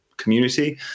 community